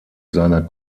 seiner